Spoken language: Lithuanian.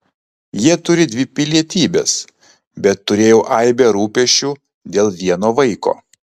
jie turi dvi pilietybes bet turėjau aibę rūpesčių dėl vieno vaiko